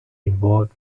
involve